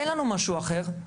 אין לנו משהו אחר.